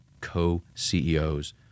co-CEOs